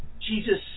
Jesus